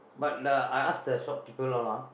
but the I ask the shopkeeper all ah